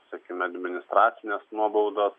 sakykime administracinės nuobaudos